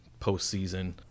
postseason –